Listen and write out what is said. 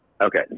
Okay